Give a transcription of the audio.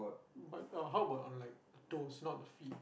but uh how about on like toes not the feet